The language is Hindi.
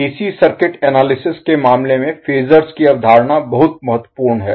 एसी सर्किट एनालिसिस विश्लेषण Analysis के मामले में फेजर्स की अवधारणा बहुत महत्वपूर्ण है